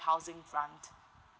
housing grant